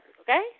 okay